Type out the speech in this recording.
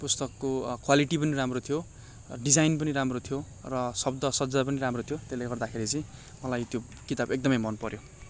पुस्तकको क्वालिटी पनि राम्रो थियो डिजाइन पनि राम्रो थियो र शब्द सज्जा पनि राम्रो थियो त्यसले गर्दाखेरि चाहिँ मलाई त्यो किताब एकदम मन पऱ्यो